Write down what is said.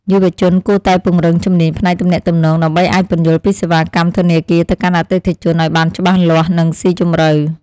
យុវជនគួរតែពង្រឹងជំនាញផ្នែកទំនាក់ទំនងដើម្បីអាចពន្យល់ពីសេវាកម្មធនាគារទៅកាន់អតិថិជនឱ្យបានច្បាស់លាស់និងស៊ីជម្រៅ។